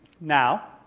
now